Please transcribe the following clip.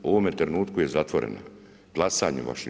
U ovome trenutku je zatvorena, glasanjem vašim.